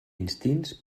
instints